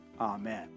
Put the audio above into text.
Amen